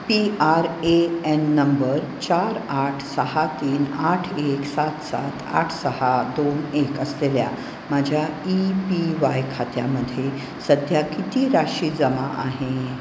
P R A N नंबर चार आठ सहा तीन आठ एक सात सात आठ सहा दोन एक असलेल्या माझ्या ई पी वाय खात्यामध्ये सध्या किती राशी जमा आहे